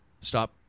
Stop